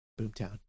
Boomtown